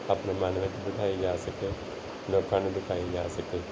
ਆਪਣੇ ਮਨ ਵਿਚ ਬਿਠਾਈ ਜਾ ਸਕੇ ਲੋਕਾਂ ਨੂੰ ਦਿਖਾਈ ਜਾ ਸਕੇ